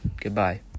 Goodbye